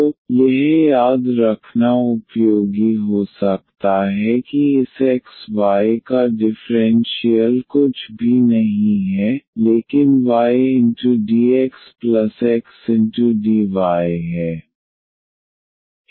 तो यह याद रखना उपयोगी हो सकता है कि इस xy का डिफ़्रेंशियल कुछ भी नहीं है लेकिन ydxxdy है